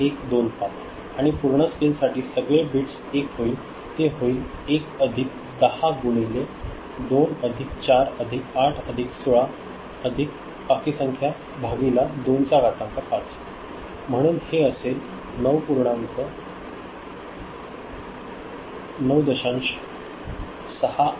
3125 आणि पूर्ण स्केल साठी सगळे बिट्स1 ते होईल 1 अधिक 10 गुणिले 2 अधिक 4 अधिक 8 अधिक 16 अधिक आणि बाकी संख्या भागिले 2 चा घातांक 5 म्हणुन हे असेल 9